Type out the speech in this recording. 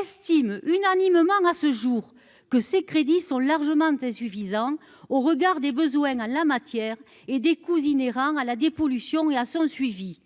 estiment unanimement à ce jour que ces crédits sont largement insuffisants au regard des besoins à la matière et des coûts inhérents à la dépollution et à son suivi